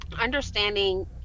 understanding